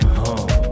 home